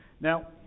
Now